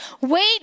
wait